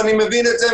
ואני מבין את זה,